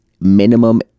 minimum